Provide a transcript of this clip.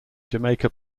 jamaica